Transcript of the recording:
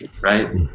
right